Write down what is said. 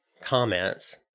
comments